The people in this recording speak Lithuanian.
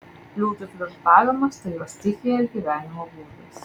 liūtui flirtavimas tai jo stichija ir gyvenimo būdas